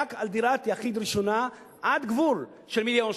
רק על דירת יחיד ראשונה, עד גבול של מיליון שקל.